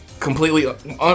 Completely